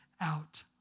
out